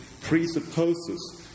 presupposes